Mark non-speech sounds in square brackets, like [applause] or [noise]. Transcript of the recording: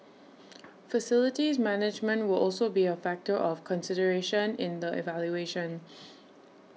[noise] facilities management will also be A factor of consideration in the evaluation [noise]